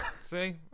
See